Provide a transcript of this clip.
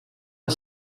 are